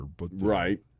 Right